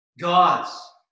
God's